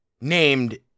named